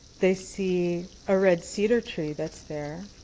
they see a red cedar tree that's there.